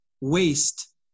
waste